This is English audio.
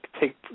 take